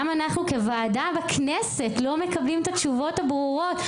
גם אנחנו כוועדה בכנסת לא מקבלים את התשובות הברורות.